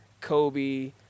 Kobe